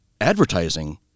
advertising